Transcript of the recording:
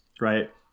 right